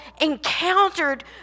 encountered